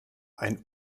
ein